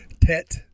Tet